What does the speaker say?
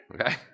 Okay